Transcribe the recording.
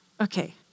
Okay